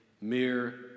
mere